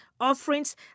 offerings